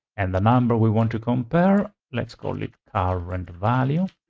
and the number we want to compare, let's call it current value,